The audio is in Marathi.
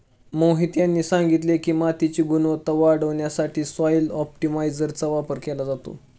मोहित यांनी सांगितले की, मातीची गुणवत्ता वाढवण्यासाठी सॉइल ऑप्टिमायझरचा वापर केला जातो